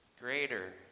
greater